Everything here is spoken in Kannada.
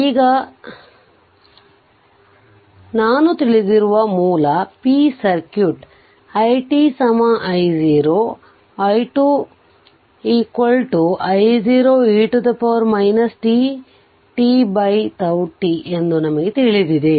ಈಗ ನಾನು ತಿಳಿದಿರುವ ಮೂಲ p circuit i t I0 I 2 I0 e t tτt ಎಂದು ನಮಗೆ ತಿಳಿದಿದೆ